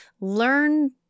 learn